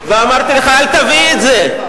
ואמרתי לך: אל תביא את זה,